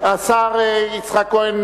השר יצחק כהן,